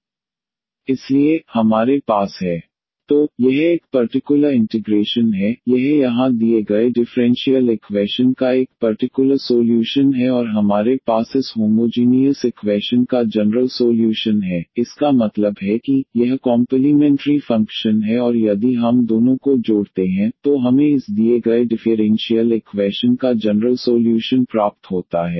इसलिए हमारे पास है 132 3×32e3x 12e3x तो यह एक पर्टिकुलर इंटिग्रेशन है यह यहां दिए गए डिफ़्रेंशियल इक्वैशन का एक पर्टिकुलर सोल्यूशन है और हमारे पास इस होमोजीनीयस इक्वैशन का जनरल सोल्यूशन है इसका मतलब है कि यह कॉम्पलीमेंटरी फंक्शन है और यदि हम दोनों को जोड़ते हैं तो हमें इस दिए गए डिफेरेनशीयल इक्वैशन का जनरल सोल्यूशन प्राप्त होता है